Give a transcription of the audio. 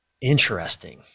interesting